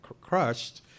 crushed